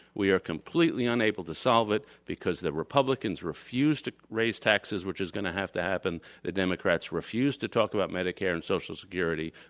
we are completely unable to solve it because the republicans refuse to raise taxes, which is going to have to happen, the democrats refuse to talk about medicare and social security